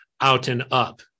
out-and-up